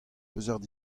peseurt